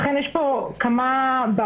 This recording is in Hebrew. לכן יש פה כמה בעיות,